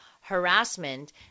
harassment